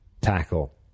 tackle